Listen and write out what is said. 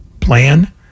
plan